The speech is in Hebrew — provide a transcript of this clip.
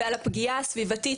ועל הפגיעה הסביבתית,